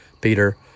Peter